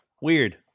Weird